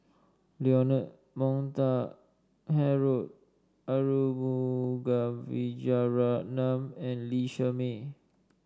Leonard Montague Harrod Arumugam Vijiaratnam and Lee Shermay